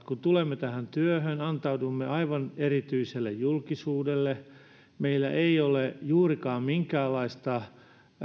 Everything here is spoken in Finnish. kun tulemme tähän työhön antaudumme aivan erityiselle julkisuudelle meillä ei ole juuri minkäänlaista